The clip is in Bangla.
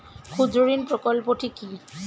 ক্ষুদ্রঋণ প্রকল্পটি কি?